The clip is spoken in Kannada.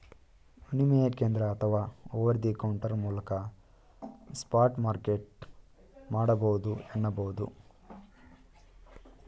ವಿನಿಮಯ ಕೇಂದ್ರ ಅಥವಾ ಓವರ್ ದಿ ಕೌಂಟರ್ ಮೂಲಕ ಸ್ಪಾಟ್ ಮಾರ್ಕೆಟ್ ಮಾಡಬಹುದು ಎನ್ನುಬಹುದು